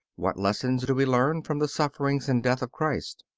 what lessons do we learn from the sufferings and death of christ?